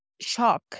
shock